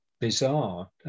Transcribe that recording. bizarre